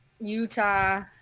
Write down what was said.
Utah